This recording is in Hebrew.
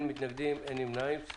2 בעד, אין מתנגדים ואין נמנעים.